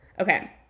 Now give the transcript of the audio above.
Okay